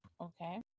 Okay